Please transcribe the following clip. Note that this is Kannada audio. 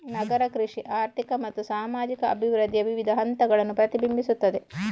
ನಗರ ಕೃಷಿ ಆರ್ಥಿಕ ಮತ್ತು ಸಾಮಾಜಿಕ ಅಭಿವೃದ್ಧಿಯ ವಿವಿಧ ಹಂತಗಳನ್ನು ಪ್ರತಿಬಿಂಬಿಸುತ್ತದೆ